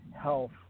health